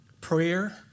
prayer